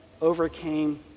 overcame